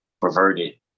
perverted